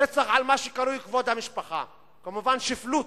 רצח על מה שקרוי כבוד המשפחה, כמובן, שפלות.